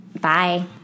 Bye